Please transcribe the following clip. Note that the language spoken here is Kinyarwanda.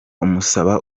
umusaba